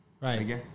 right